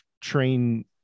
train